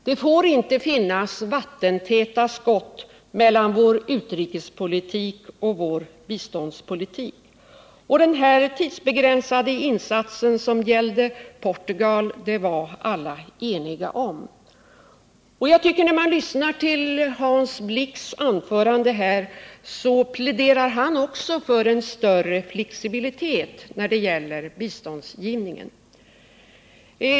Det får inte finnas vattentäta skott mellan vår utrikespolitik och vår biståndspolitik. Den här tidsbegränsade insatsen, som gällde Portugal, var alla eniga om. Jag tycker, när jag lyssnar till Hans Blix anförande här, att han också pläderar för större flexibilitet när det gäller biståndsgivningen.